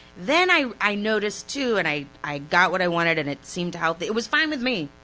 then i i notice too and i i got what i wanted, and it seemed healthy, it was fine with me.